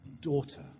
Daughter